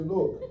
Look